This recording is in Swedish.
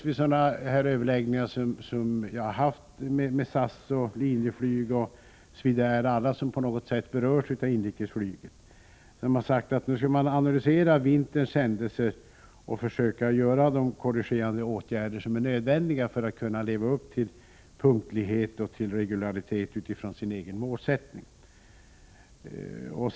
Vid de överläggningar som jag har haft med SAS, Linjeflyg, Swedair och alla som på något sätt berörs av inrikesflyget har det sagts att man skall analysera vinterns händelser och försöka vidta de korrigerande åtgärder som är nödvändiga för att man skall kunna leva upp till punktlighet och regularitet utifrån sina egna målsättningar.